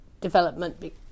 development